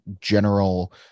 general